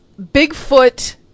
Bigfoot